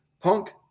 punk